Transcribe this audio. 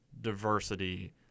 diversity